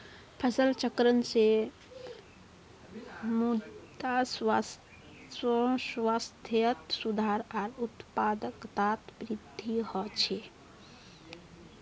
फसल चक्रण से मृदा स्वास्थ्यत सुधार आर उत्पादकतात वृद्धि ह छे